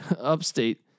upstate